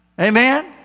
Amen